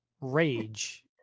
rage